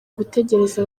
gutegereza